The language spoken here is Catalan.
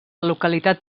localitat